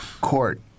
court